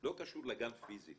- לא קשור לגן פיזית